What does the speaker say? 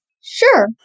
Sure